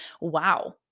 wow